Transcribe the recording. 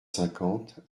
cinquante